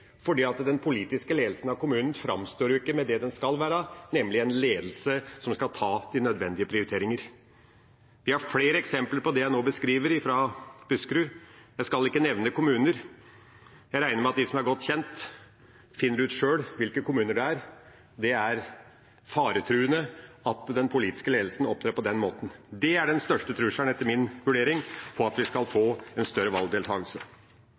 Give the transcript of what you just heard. fordi den politiske ledelsen av kommunen ikke framstår som det den skal være, nemlig en ledelse som skal ta de nødvendige prioriteringer. Vi har flere eksempler på det jeg nå beskriver, fra Buskerud. Jeg skal ikke nevne kommuner – jeg regner med at de som er godt kjent, sjøl finner ut hvilke kommuner det er. Det er faretruende at den politiske ledelsen opptrer på den måten. Det er den største trusselen, etter min vurdering, mot at vi skal få større valgdeltakelse.